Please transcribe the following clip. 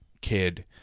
kid